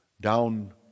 down